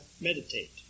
meditate